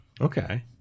Okay